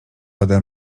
ode